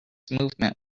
movement